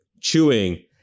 chewing